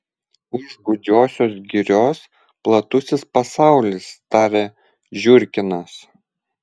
už gūdžiosios girios platusis pasaulis tarė žiurkinas